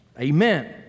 Amen